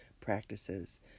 practices